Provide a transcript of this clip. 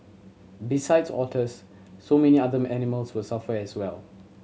besides otters so many other animals were suffer as well